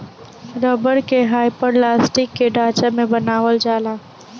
rubber के hyperelastic के ढांचा में बनावल जाला